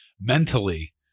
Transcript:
mentally